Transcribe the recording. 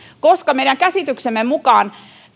koska meidän käsityksemme mukaan